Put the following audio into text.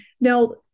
Now